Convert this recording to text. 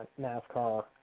NASCAR